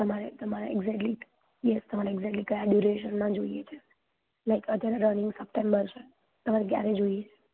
તમારે તમારે exactly yes તમારે એકજેટલી તમારે કયા ડુરેસનમાં જોઈએ છે લાઇક અત્યારે રનિંગ સપ્ટેમ્બર છે તમારે ક્યારે જોઈએ છે